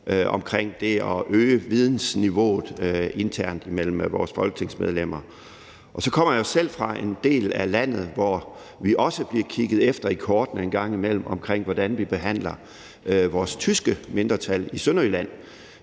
om det at øge vidensniveauet internt mellem vores folketingsmedlemmer. Jeg kommer selv fra en del af landet, hvor vi også bliver kigget efter i kortene en gang imellem, med hensyn til hvordan vi behandler vores tyske mindretal i Sønderjylland.